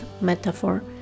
metaphor